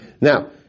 Now